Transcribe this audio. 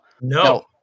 no